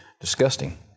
disgusting